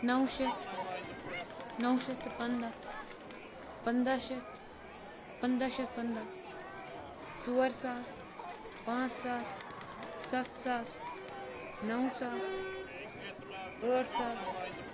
نَو شیٚتھ نَو شیٚتھ تہٕ پنٛداہ پنٛداہ شیٚتھ پنٛداہ شیٚتھ پنٛداہ ژور ساس پانٛژھ ساس سَتھ ساس نَو ساس ٲٹھ ساس